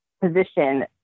position